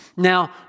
Now